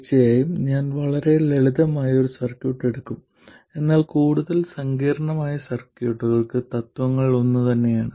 തീർച്ചയായും ഞാൻ വളരെ ലളിതമായ ഒരു സർക്യൂട്ട് എടുക്കും എന്നാൽ കൂടുതൽ സങ്കീർണ്ണമായ സർക്യൂട്ടുകൾക്ക് തത്വങ്ങൾ ഒന്നുതന്നെയാണ്